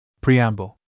Preamble